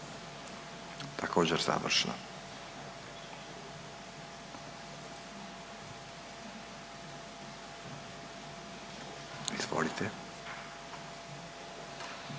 također završno. Izvolite.